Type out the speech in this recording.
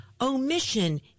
Omission